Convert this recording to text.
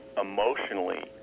emotionally